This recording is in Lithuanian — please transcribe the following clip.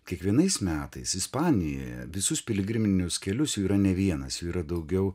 kiekvienais metais ispanijoje visus piligriminius kelius jų yra ne vienas jų yra daugiau